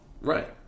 Right